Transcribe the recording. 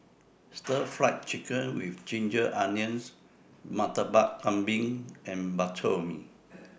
Stir Fried Chicken with Ginger Onions Murtabak Kambing and Bak Chor Mee